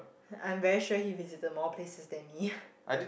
I'm very sure he visited more places than me